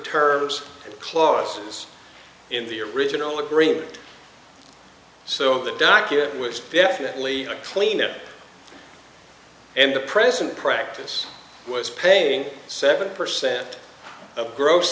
terms clauses in the original agreement so that document was definitely a clean air and the present practice was paying seven percent of gross